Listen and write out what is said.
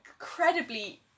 incredibly